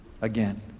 again